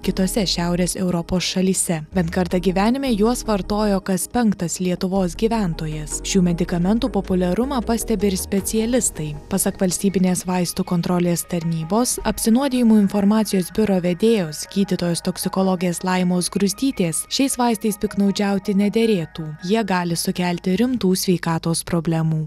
kitose šiaurės europos šalyse bent kartą gyvenime juos vartojo kas penktas lietuvos gyventojas šių medikamentų populiarumą pastebi ir specialistai pasak valstybinės vaistų kontrolės tarnybos apsinuodijimų informacijos biuro vedėjos gydytojos toksikologės laimos gruzdytės šiais vaistais piktnaudžiauti nederėtų jie gali sukelti rimtų sveikatos problemų